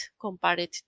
compared